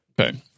Okay